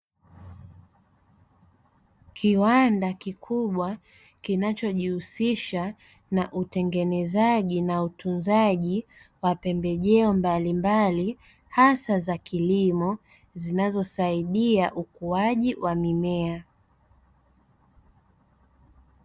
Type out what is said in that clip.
Kiwanda kikubwa kinachojihusisha na utengenezaji na utunzaji wa pembejeo mbalimbali, hasa za kilimo zinazosaidia ukuaji wa mimea.